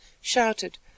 shouted—